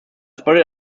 bedeutet